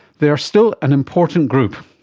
they are still an important group.